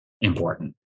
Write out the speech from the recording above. important